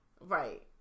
Right